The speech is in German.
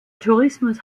tourismus